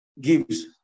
gives